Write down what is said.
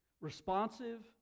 responsive